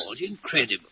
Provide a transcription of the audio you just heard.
incredible